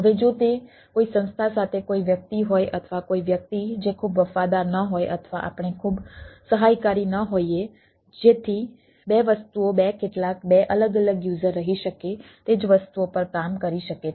હવે જો તે કોઈ સંસ્થા સાથે કોઈ વ્યક્તિ હોય અથવા કોઈ વ્યક્તિ જે ખૂબ વફાદાર ન હોય અથવા આપણે ખૂબ સહાયકારી ન હોઈએ જેથી બે વસ્તુઓ બે કેટલાક બે અલગ અલગ યુઝર રહી શકે તે જ વસ્તુઓ પર કામ કરી શકે છે